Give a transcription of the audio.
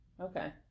Okay